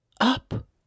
UP